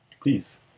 please